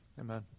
Amen